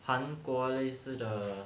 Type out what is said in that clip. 韩国类似的